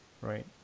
right